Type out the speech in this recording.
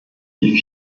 die